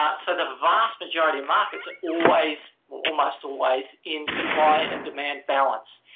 ah so the vast majority markets are always or almost always in supply and demand balance.